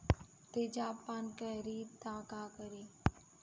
तेजाब पान करी त का करी?